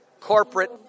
corporate